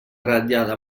ratllada